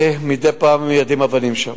מדי פעם מיידים אבנים שם.